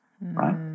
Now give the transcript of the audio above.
Right